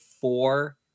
four